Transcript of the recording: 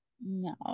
No